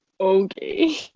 okay